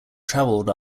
traveled